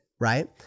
right